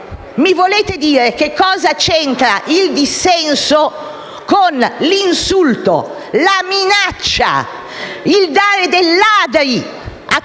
mi volete dire cosa c'entra il dissenso con l'insulto, la minaccia e il dare dei ladri a